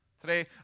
Today